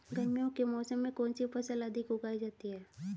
गर्मियों के मौसम में कौन सी फसल अधिक उगाई जाती है?